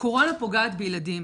"קורה לפוגעת בילדים.